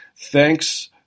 Thanks